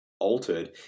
altered